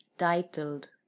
titled